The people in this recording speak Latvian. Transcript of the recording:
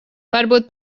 varbūt